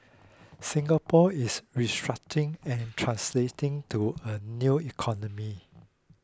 Singapore is restructuring and translating to a new economy